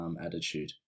attitude